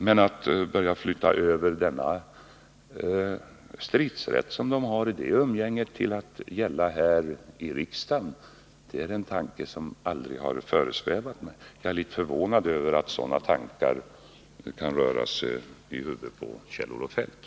Men att flytta över denna stridsrätt till att gälla här i riksdagen är en tanke som aldrig har föresvävat mig. Jag är litet förvånad över att sådana tankar kan röra sig i huvudet på Kjell-Olof Feldt.